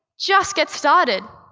just get started.